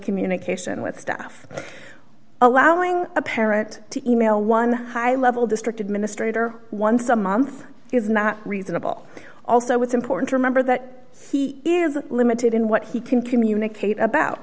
communication with staff allowing a parent to email one high level district administrator once a month is not reasonable also it's important to remember that he is limited in what he can communicate about